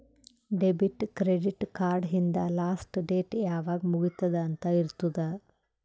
debit, credit card ಹಿಂದ್ last date ಯಾವಾಗ್ ಮುಗಿತ್ತುದ್ ಅಂತ್ ಇರ್ತುದ್